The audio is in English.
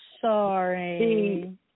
sorry